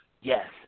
yes